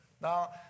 Now